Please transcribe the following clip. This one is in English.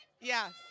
Yes